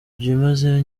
byimazeyo